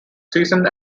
seasoned